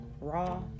Raw